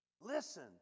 listen